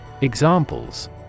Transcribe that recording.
Examples